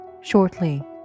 Shortly